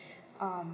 um